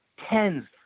tens